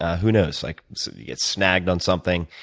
who knows? like so you get snagged on something,